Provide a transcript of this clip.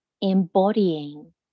embodying